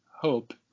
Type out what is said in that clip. hope